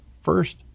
first